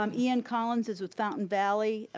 um ian collins is with fountain valley.